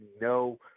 no